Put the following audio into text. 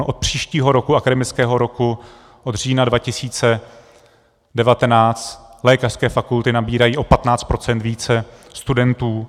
Od příštího akademického roku, od října 2019, lékařské fakulty nabírají o 15 procent více studentů.